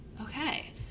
okay